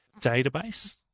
database